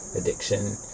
addiction